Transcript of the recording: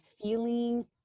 feeling